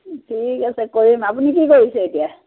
ঠিক আছে কৰিম আপুনি কি কৰিছে এতিয়া